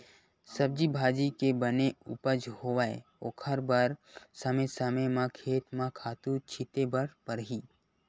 सब्जी भाजी के बने उपज होवय ओखर बर समे समे म खेत म खातू छिते बर परही